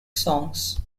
songs